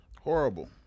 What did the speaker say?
Horrible